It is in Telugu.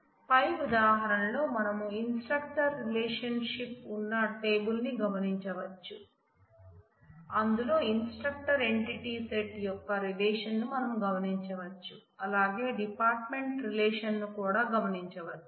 పై ఉదాహరణ లో మనం ఇన్స్త్ట్రక్టర్ రిలేషన్షిప్ కూడా గమనించవచ్చు